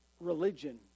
religion